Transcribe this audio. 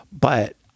But-